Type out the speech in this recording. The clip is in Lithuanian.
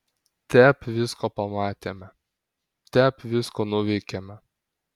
tep visko pamatėme tep visko nuveikėme